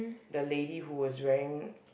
the lady who is wearing